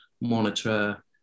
monitor